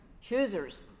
choosers